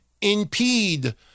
impede